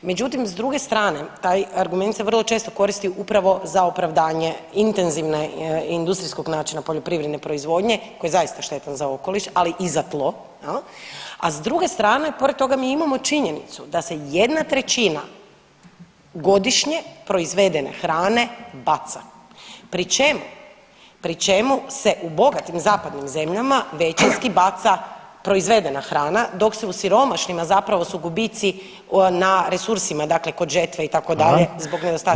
Međutim, s druge strane taj argument se vrlo često koristi upravo za opravdanje intenzivne i industrijskog načina poljoprivredne proizvodnje koji je zaista štetan za okoliš, ali i za tlo jel, a s druge strane pored toga mi imamo činjenicu da se 1/3 godišnje proizvedene hrane baca pri čemu, pri čemu se u bogatim zapadnim zemljama većinski baca proizvedena hrana dok se u siromašnima zapravo su gubici na resursima dakle kod žetve itd. zbog nedostatka